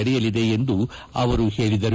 ನಡೆಯಲಿದೆ ಎಂದು ಅವರು ಹೇಳಿದರು